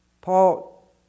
Paul